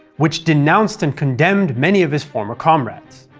which denounced and condemned many of his former comrades.